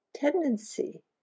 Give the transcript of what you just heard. tendency